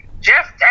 Jeff